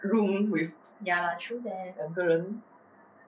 room with 两个人